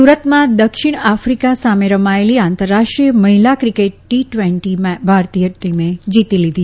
સુરતમાં દક્ષિણ આફ્રિકા સામે રમાયેલી આંતરરાષ્ટ્રીય મહિલા ક્રિકેટ ટવેન્ટી ટવેન્ટી ભારતીય ટીમે જીતી લીધી